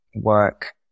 work